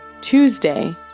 Tuesday